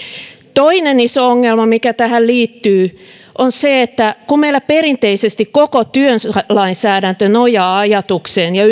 toinen iso ongelma mikä tähän liittyy on se että kun meillä perinteisesti koko työlainsäädäntö nojaa ajatukseen ja